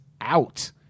out